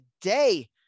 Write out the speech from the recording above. today